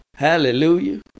Hallelujah